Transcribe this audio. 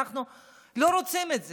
ואנחנו לא רוצים את זה,